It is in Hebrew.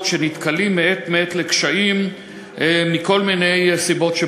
שנתקלים מעת לעת בקשיים מכל מיני סיבות.